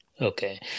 Okay